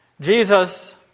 Jesus